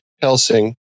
Helsing